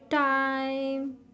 time